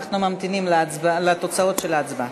אנחנו ממתינים לתוצאות ההצבעה.